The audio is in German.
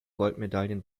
goldmedaillen